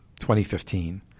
2015